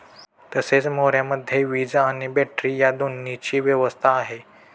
तसेच मोऱ्यामध्ये वीज आणि बॅटरी या दोन्हीची व्यवस्था आहे